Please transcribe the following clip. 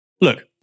Look